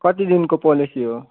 कति दिनको पोलिसी हो